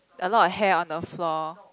a lot of hair on the floor